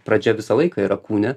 pradžia visą laiką yra kūne